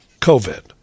COVID